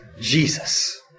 Jesus